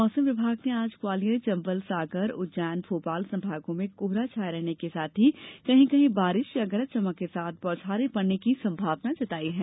मौसम विभाग ने आज ग्वालियर चंबल सागर उज्जैन भोपाल संभागों में कोहरा छाये रहने के साथ ही कहीं कहीं बारिश या गरज चमक के साथ बौछारे पड़ने की संभावना जताई है